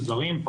זרים,